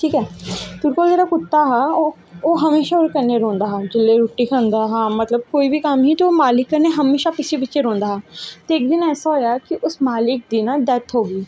ठीक ते दूआ जेह्ड़ा कुत्ता हा ओह् हमेशा कन्नैं रौंह्दा हा जिसलै रुट्टी खंदा हा कोई बी कम्म हा ते ओह् हमेशा मालिक कन्नैं हमेशा पिच्चें पिच्छें रौंह्दा हा ते इतक दिन ऐसा होया ना उस मालिक दी इक दिन डैथ होई गेई